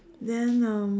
then um